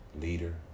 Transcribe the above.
leader